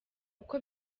uko